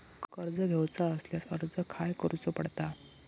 कर्ज घेऊचा असल्यास अर्ज खाय करूचो पडता?